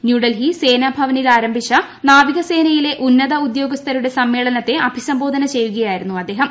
ന്യൂഡൽഹി സ്റ്റേനാഭിവനിൽ ആരംഭിച്ച നാവികസേനയിലെ ഉന്നത ഉദ്യോഗ്സ്ഥരുടെ സമ്മേളനത്തെ അഭിസംബോധന ചെയ്യുകയായിരുന്നു അദ്ദേഹം